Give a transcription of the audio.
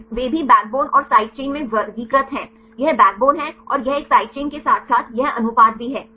फिर वे भी बैकबोन और साइड चेन में वर्गीकृत करते हैं यह बैकबोन है और यह एक साइड चेन के साथ साथ यह अनुपात भी है